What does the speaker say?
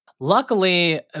Luckily